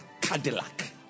Cadillac